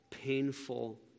painful